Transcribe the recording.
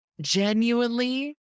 genuinely